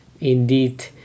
indeed